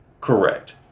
Correct